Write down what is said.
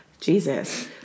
Jesus